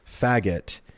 faggot